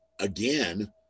again